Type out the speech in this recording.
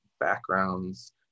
backgrounds